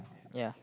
ya